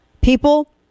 people